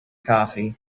coffee